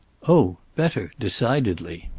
oh, better, decidedly.